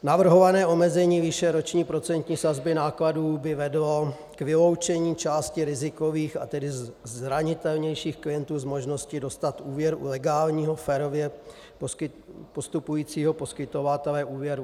Navrhované omezení výše roční procentní sazby nákladů by vedlo k vyloučení části rizikových, a tedy zranitelnějších klientů z možnosti dostat úvěr u legálního, férově postupujícího poskytovatele úvěrů.